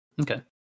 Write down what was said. Okay